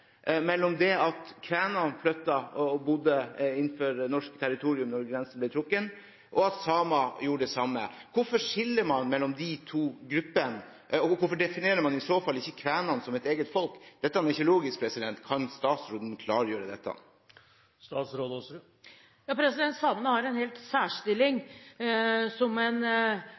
mellom det at kvenene flyttet og bodde innenfor norsk territorium da grensene ble trukket, og at samer gjorde det samme? Hvorfor skiller man mellom de to gruppene? Hvorfor definerer man i så fall ikke kvenene som et eget folk? Dette er ikke logisk. Kan statsråden klargjøre dette? Samene har en særstilling som en